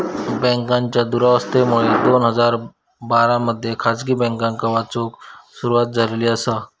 बँकांच्या दुरावस्थेमुळे दोन हजार बारा मध्ये खासगी बँकांका वाचवूक सुरवात झालेली आसा